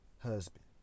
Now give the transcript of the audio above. Husband